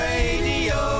Radio